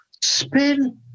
spin